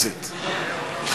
ועדה.